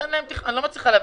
אני לא מצליחה להבין,